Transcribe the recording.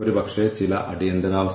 പിന്നെ ജീവനക്കാരുടെ ബന്ധം